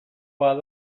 bat